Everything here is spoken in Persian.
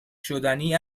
شدنی